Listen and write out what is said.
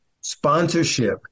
sponsorship